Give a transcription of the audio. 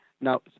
Now